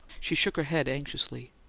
she shook her head anxiously.